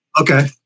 Okay